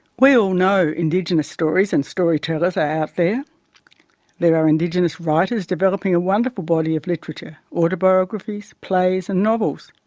we all know indigenous stories and story tellers are out there. there are indigenous writers developing a wonderful body of literature, autobiographies, plays and novels.